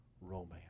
romance